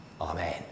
Amen